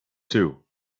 too